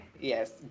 Yes